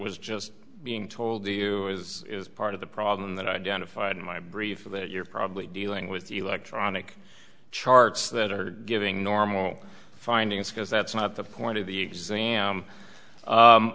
was just being told to do was part of the problem that identified in my brief that you're probably dealing with electronic charts that are giving normal findings because that's not the point of the exam